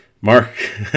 Mark